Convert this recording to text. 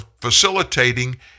facilitating